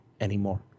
anymore